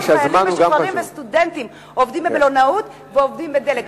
והיום חיילים משוחררים וסטודנטים עובדים במלונאות ועובדים בתחנות דלק,